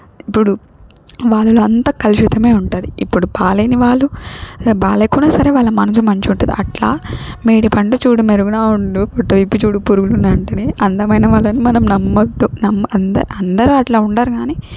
ఇప్పుడు వాళ్ళలో అంతా కలుషితమే ఉంటుంది ఇప్పుడు బాగాలేని వాళ్ళు బాగాలేకున్నా సరే వాళ్ళ మనసు మంచిగా ఉంటుంది అట్లా మేడిపండు చూడు మెరుగునా ఉండు పొట్ట విప్పి చూడు పురుగులుండు అంటేనే అందమైన వాళ్ళని మనం నమ్మవద్దు నమ్మ అందరు అందరు అట్లా ఉండరు కానీ